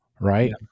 Right